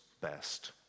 best